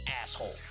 asshole